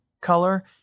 color